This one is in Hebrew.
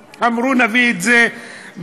אמרו: נביא את זה בעניין.